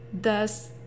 thus